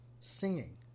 Singing